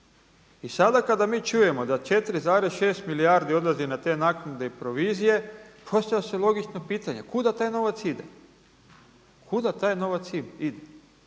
I sada kada mi čujemo da 4,6 milijardi odlazi na te naknade i provizije postavlja se logično pitanje kuda taj novac ide. Kuda taj novac ide?